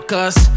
Cause